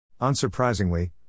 Unsurprisingly